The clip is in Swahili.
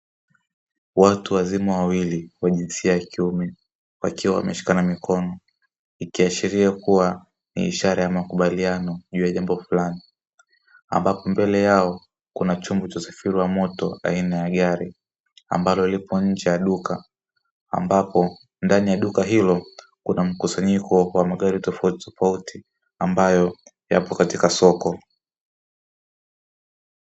Watu wazima wawili wa jinsia ya kiume wakiwa wameshikana mikono ikiashiria kuwa ni ishara ya makubaliano juu ya jambo fulani. Ambapo mbele yao kuna chombo cha usafiri wa moto aina ya gari ambalo lipo nje ya duka, ambapo ndani ya duka hilo kuna mkusanyiko wa magari tofautitofati ambayo yapo katika soko.